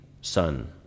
son